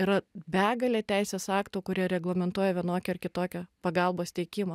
yra begalė teisės aktų kurie reglamentuoja vienokią ar kitokią pagalbos teikimą